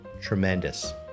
Tremendous